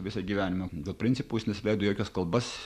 visą gyvenimą dėl principų jis nesileido į jokias kalbas